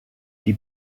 die